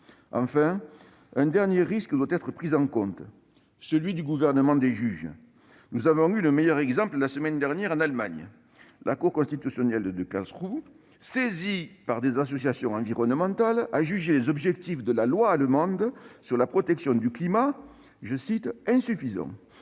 Un dernier risque doit être pris en compte : celui du gouvernement des juges. Nous en avons eu le meilleur exemple la semaine dernière en Allemagne. La Cour constitutionnelle de Karlsruhe, saisie par des associations environnementales, a jugé les objectifs de la loi allemande sur la protection du climat « insuffisants »,